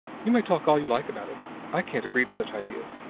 you may talk all you like about it i can't agree to such ideas.